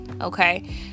okay